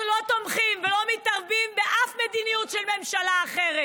אנחנו לא תומכים ולא מתערבים באף מדיניות של ממשלה אחרת,